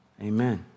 amen